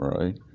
Right